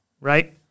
Right